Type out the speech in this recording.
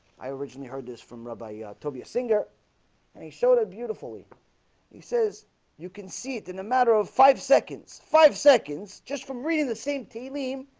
i originally heard this from rabbi yeah, toby a singer and he showed it beautifully he says you can see it in a matter of five seconds five seconds just from reading the same team